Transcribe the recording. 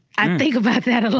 i think about that a lot.